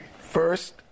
First